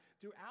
Throughout